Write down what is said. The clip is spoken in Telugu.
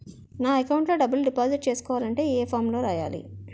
నా అకౌంట్ లో డబ్బులు డిపాజిట్ చేసుకోవాలంటే ఏ ఫామ్ లో రాయాలి?